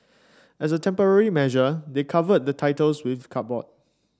as a temporary measure they covered the titles with cardboard